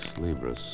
Libris